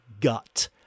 gut